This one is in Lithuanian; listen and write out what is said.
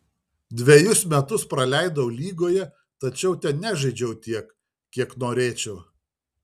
dvejus metus praleidau lygoje tačiau ten nežaidžiau tiek kiek norėčiau